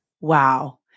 Wow